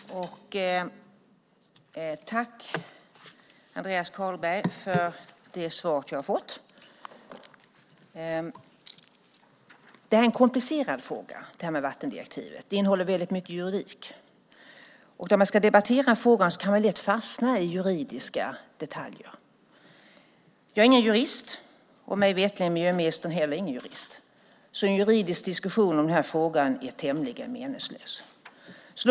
Herr talman! Jag tackar Andreas Carlberg för det svar jag fått. Det här med vattendirektivet är en komplicerad fråga. Den innehåller mycket juridik. När man ska debattera frågan kan man lätt fastna i juridiska detaljer. Jag är inte jurist, och mig veterligen är miljöministern heller inte jurist. En juridisk diskussion om den här frågan är tämligen meningslös.